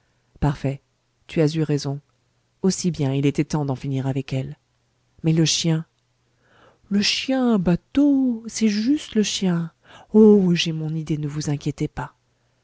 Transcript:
parfait tu as eu raison aussi bien il était temps d'en finir avec elle mais le chien le chien bateau c'est juste le chien oh j'ai mon idée ne vous inquiétez pas